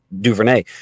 Duvernay